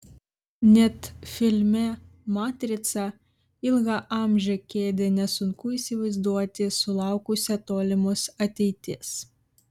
net filme matrica ilgaamžę kėdę nesunku įsivaizduoti sulaukusią tolimos ateities